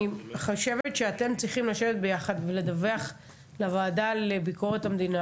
אני חושבת שאתם צריכים לשבת ביחד ולדווח לוועדה לביקורת המדינה,